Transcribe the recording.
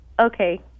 Okay